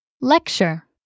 lecture